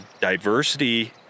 diversity